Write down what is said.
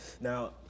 Now